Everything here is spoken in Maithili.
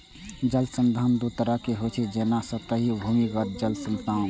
जल संसाधन दू तरहक होइ छै, जेना सतही आ भूमिगत जल संसाधन